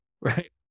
right